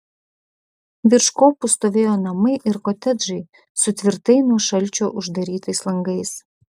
virš kopų stovėjo namai ir kotedžai su tvirtai nuo šalčio uždarytais langais